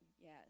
yes